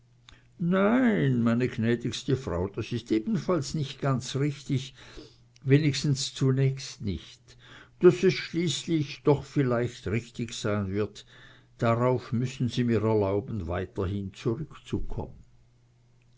nein meine gnädigste frau das ist ebenfalls nicht ganz richtig wenigstens zunächst nicht daß es schließlich doch vielleicht richtig sein wird darauf müssen sie mir erlauben weiterhin zurückzukommen